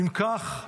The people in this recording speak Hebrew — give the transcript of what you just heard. אם כך,